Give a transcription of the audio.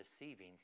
deceiving